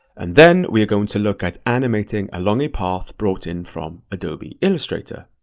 and then we are going to look at animating along a path brought in from adobe illustrator.